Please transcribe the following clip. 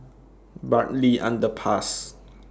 Bartley Underpass